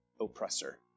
oppressor